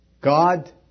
God